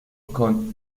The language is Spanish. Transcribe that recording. con